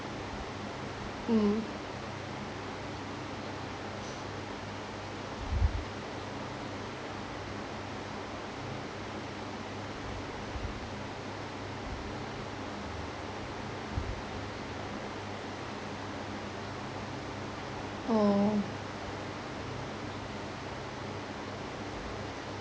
mm oh